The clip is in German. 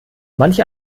manche